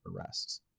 arrests